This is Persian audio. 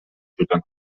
شدن